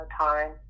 time